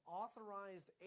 authorized